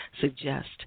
suggest